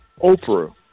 Oprah